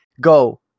go